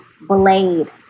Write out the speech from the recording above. blade